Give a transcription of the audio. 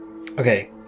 Okay